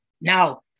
Now